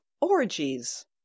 orgies